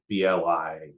BLI